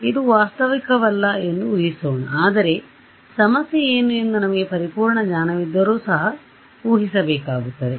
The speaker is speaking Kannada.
ಇದು ವಾಸ್ತವಿಕವಲ್ಲ ಎಂದು ಊಹಿಸೋಣ ಆದರೆ ಸಮಸ್ಯೆ ಏನು ಎಂದು ನಮಗೆ ಪರಿಪೂರ್ಣ ಜ್ಞಾನವಿದ್ದರೂ ಸಹ ಊಹಿಸೋಣ